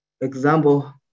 Example